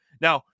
Now